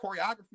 choreography